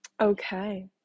Okay